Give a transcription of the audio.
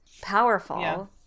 powerful